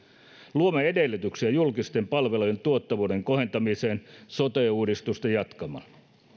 luomme edellytyksiä julkisten palvelujen tuottavuuden kohentamiseen sote uudistusta jatkamalla